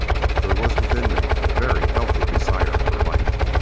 there was within me a very healthy desire for life.